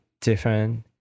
different